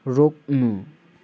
रोक्नु